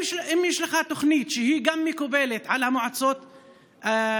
אם יש לך תוכנית שמקובלת גם על המועצות המקומיות,